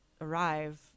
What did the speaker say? arrive